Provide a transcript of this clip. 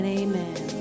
amen